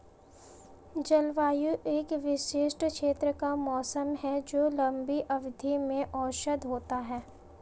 जलवायु एक विशिष्ट क्षेत्र का मौसम है जो लंबी अवधि में औसत होता है